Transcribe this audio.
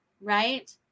right